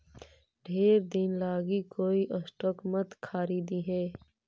ढेर दिन लागी कोई स्टॉक मत खारीदिहें